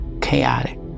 chaotic